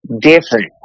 different